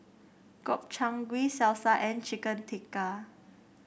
Gobchang Gui Salsa and Chicken Tikka